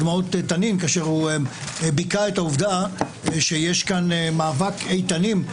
דמע דמעות תנין כשהוא ביכה את העובדה שיש כאן מאבק איתנים.